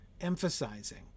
emphasizing